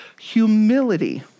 humility